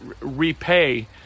repay